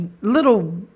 little